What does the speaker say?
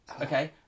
Okay